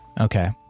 Okay